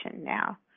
now